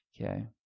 Okay